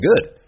good